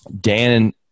Dan